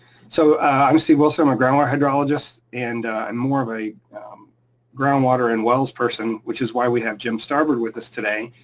so, i'm steve wilson, our groundwater hydrologist and more of a groundwater and wells person, which is why we have jim starbard with us today,